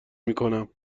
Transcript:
میکنم